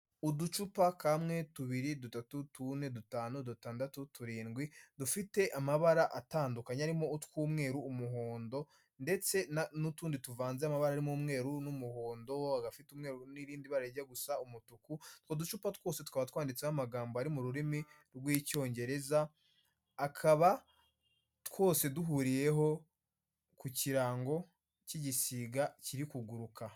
Uducupa, kamwe, tubiri, dutatu, tune, dutanu, dutandatu, turindwi, dufite amabara atandukanye, arimo utw'umweru, umuhondo, ndetse n'utundi tuvanze amabara arimo umweru n'umuhondo, agafite umweru n'irindi bara rijya gusa umutuku, utwo ducupa twose tukaba twanditseho amagambo ari mu rurimi rw'icyongereza, akaba twose duhuriyeho ku kirango cy'igisiga kiri kuguruka.